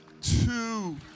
two